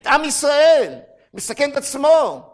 עם ישראל מסכן את עצמו!